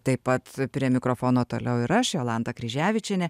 taip pat prie mikrofono toliau ir aš jolanta kryževičienė